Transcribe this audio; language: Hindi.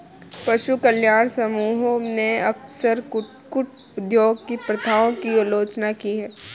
पशु कल्याण समूहों ने अक्सर कुक्कुट उद्योग की प्रथाओं की आलोचना की है